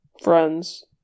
friends